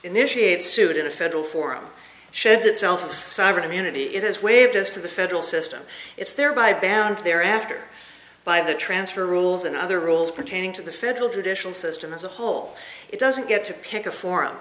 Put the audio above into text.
initiate suit in a federal form sheds itself sovereign immunity it has waived us to the federal system it's there by banta there after by the transfer rules and other rules pertaining to the federal judicial system as a whole it doesn't get to pick a forum